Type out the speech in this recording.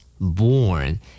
born